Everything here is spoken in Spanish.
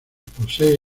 posee